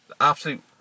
Absolute